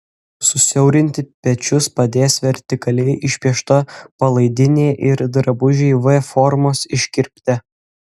susiaurinti pečius padės vertikaliai išpiešta palaidinė ir drabužiai v formos iškirpte